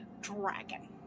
dragon